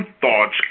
thoughts